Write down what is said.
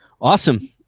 Awesome